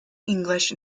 english